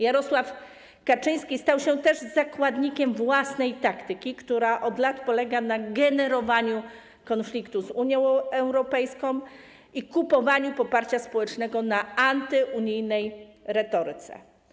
Jarosław Kaczyński stał się też zakładnikiem własnej taktyki, która od lat polega na generowaniu konfliktu z Unią Europejską i kupowaniu poparcia społecznego, na antyunijnej retoryce.